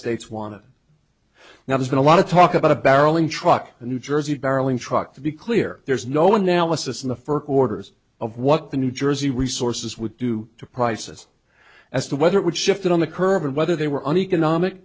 states wanted now there's been a lot of talk about a barreling truck in new jersey barreling truck to be clear there's no analysis in the first orders of what the new jersey resources would do to prices as to whether it would shift on the curve and whether they were an economic